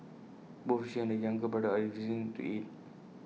both she and the younger brother are refusing to eat